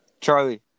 Charlie